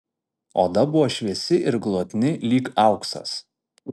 oda buvo šviesi ir glotni lyg auksas